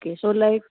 okay so like